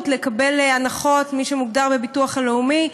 זכאות להנחות, מי שמוגדר בביטוח הלאומי,